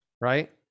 Right